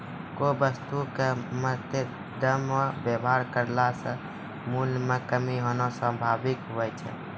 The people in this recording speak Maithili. कोय वस्तु क मरदमे वेवहार करला से मूल्य म कमी होना स्वाभाविक हुवै छै